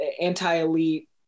anti-elite